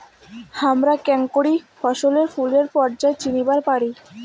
হামরা কেঙকরি ফছলে ফুলের পর্যায় চিনিবার পারি?